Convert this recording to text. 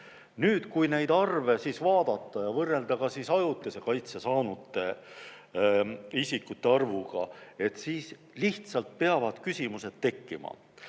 Nüüd, kui neid arve vaadata ja võrrelda ajutise kaitse saanud isikute arvuga, siis lihtsalt peavad küsimused tekkima.